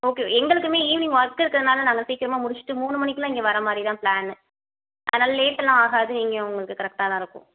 okay எங்களுக்குமே evening work இருக்கிறதுனால நாங்கள் சீக்கிரமாக முடித்துட்டு மூணு மணிக்கெலாம் இங்கே வர மாதிரி தான் பிளானு அதனால் லேட்டெலாம் ஆகாது நீங்கள் உங்களுக்கு கரெக்டாக தான் இருக்கும்